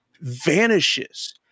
vanishes